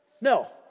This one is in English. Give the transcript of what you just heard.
No